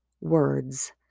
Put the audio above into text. words